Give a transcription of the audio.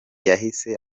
yahise